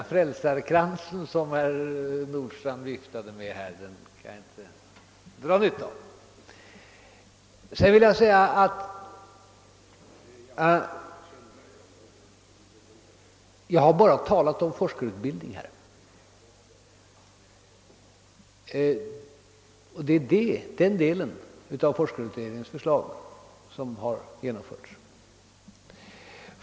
Den frälsarkrans som herr Nordstrandh erbjöd kan jag alltså inte utnyttja. Sedan vill jag säga att jag här bara har talat om forskarutbildningen, eftersom det är den delen av forskarutredningens förslag som nu skall genomföras.